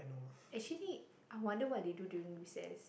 actually I wonder what they do during recess